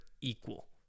equal